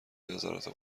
نظرات